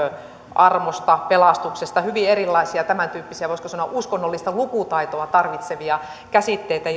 armosta pelastuksesta hyvin erilaisia tämäntyyppisiä voisiko sanoa uskonnollista lukutaitoa tarvitsevia käsitteitä